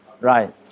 Right